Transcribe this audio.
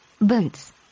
Boots